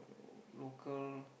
local